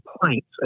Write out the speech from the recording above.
complaints